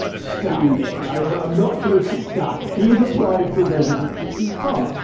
stop it. i'm not joking. stop it. he has applied for residency in france.